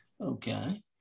Okay